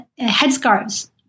headscarves